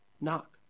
Knock